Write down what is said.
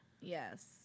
Yes